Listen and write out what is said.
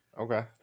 Okay